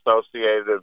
associated